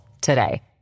today